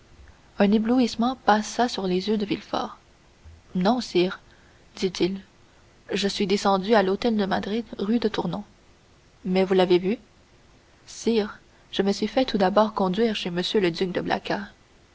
un éblouissement passa sur les yeux de villefort non sire dit-il je suis descendu hôtel de madrid rue de tournon mais vous l'avez vu sire je me suis fait tout d'abord conduire chez m le duc de blacas